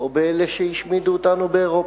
או באלה שהשמידו אותנו באירופה.